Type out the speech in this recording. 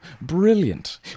Brilliant